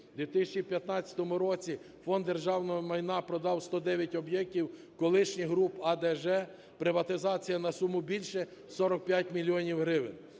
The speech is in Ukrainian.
У 2015 році Фонд державного майна продав 109 об'єктів колишніх груп А, Д, Ж, приватизація на суму більше 45 мільйонів